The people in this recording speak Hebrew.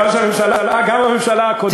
גם הממשלה הקודמת,